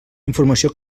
informació